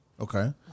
Okay